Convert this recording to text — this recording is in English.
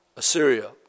Assyria